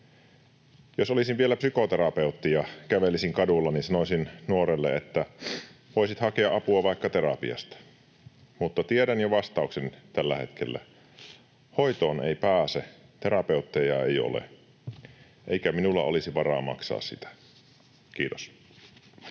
Jos olisin vielä psykoterapeutti ja kävelisin kadulla, niin sanoisin nuorelle, että voisit hakea apua vaikka terapiasta, mutta tiedän jo vastauksen tällä hetkellä: hoitoon ei pääse, terapeutteja ei ole eikä minulla olisi varaa maksaa sitä. — Kiitos.